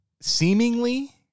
seemingly